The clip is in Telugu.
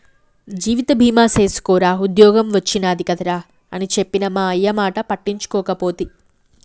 జీవిత బీమ సేసుకోరా ఉద్ద్యోగం ఒచ్చినాది కదరా అని చెప్పిన మా అయ్యమాట పట్టించుకోకపోతి